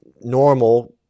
normal